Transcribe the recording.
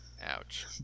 Ouch